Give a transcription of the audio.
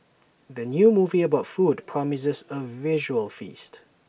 the new movie about food promises A visual feast